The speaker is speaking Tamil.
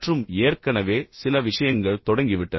மற்றும் ஏற்கனவே சில விஷயங்கள் தொடங்கிவிட்டன